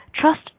Trust